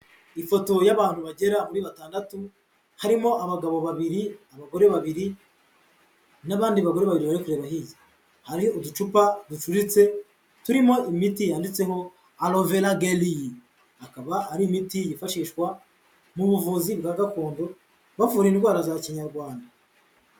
Ifoto y'abantu bagera kuri batandatu harimo abagabo babiri, abagore babiri n'abandi bagore babiri bari kureba hirya, hari uducupa ducuritse turimo imiti yanditseho Aloe vera gelly, akaba ari imiti yifashishwa mu buvuzi bwa gakondo, bavura indwara za kinyarwanda.